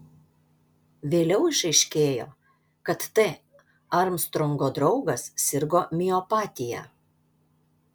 vėliau išaiškėjo kad t armstrongo draugas sirgo miopatija